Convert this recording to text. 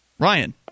Ryan